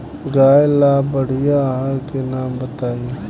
गाय ला बढ़िया आहार के नाम बताई?